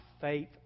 faith